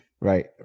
Right